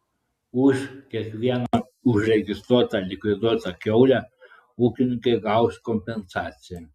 už kiekvieną užregistruotą likviduotą kiaulę ūkininkai gaus kompensaciją